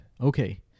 Okay